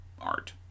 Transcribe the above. art